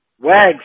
Wags